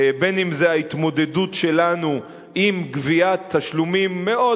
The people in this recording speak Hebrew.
בין שזה ההתמודדות שלנו עם גביית תשלומים מאוד